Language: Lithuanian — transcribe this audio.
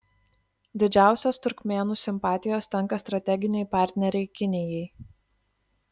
didžiausios turkmėnų simpatijos tenka strateginei partnerei kinijai